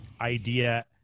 idea